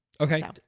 Okay